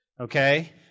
okay